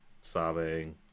sobbing